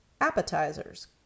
appetizers